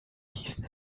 gießen